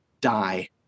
die